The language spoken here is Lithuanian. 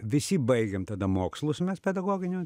visi baigėm tada mokslus mes pedagoginiu